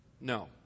No